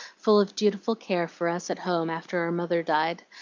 full of dutiful care for us at home after our mother died,